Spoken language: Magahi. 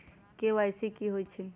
के.वाई.सी कि होई छई?